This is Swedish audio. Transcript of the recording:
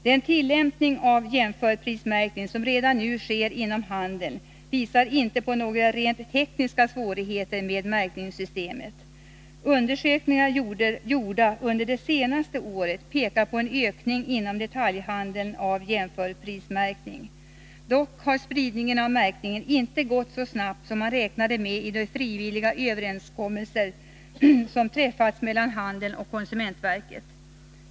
Den tillämpning av jämförprismärkning som redan nu sker inom handeln visar inte på några rent tekniska svårigheter med märkningssystemet. Undersökningar gjorda under det senaste året pekar på en ökning av jämförprismärkning inom detaljhandeln. Dock har spridningen av märkningen inte gått så snabbt som man räknade med i de frivilliga överenskommelser som träffats mellan handeln och konsumentverket.